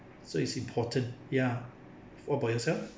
so it's important ya what about yourself